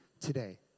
today